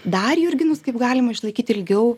dar jurginus kaip galima išlaikyti ilgiau